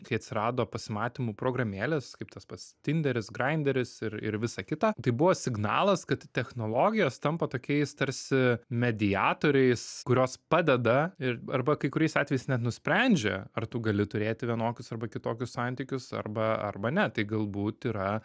kai atsirado pasimatymų programėlės kaip tas pats tinderis grainderis ir ir visa kita tai buvo signalas kad technologijos tampa tokiais tarsi mediatoriais kurios padeda ir arba kai kuriais atvejais net nusprendžia ar tu gali turėti vienokius arba kitokius santykius arba arba ne tai galbūt yra